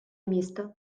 місто